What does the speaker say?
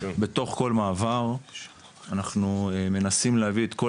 בתוך כל מעבר אנחנו מנסים להביא את כל